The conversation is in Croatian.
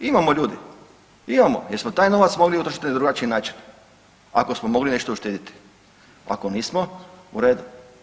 Imamo ljudi, imamo jer smo taj novac mogli utrošiti na drugačiji način ako smo mogli nešto uštedjeti, ako nismo u redu.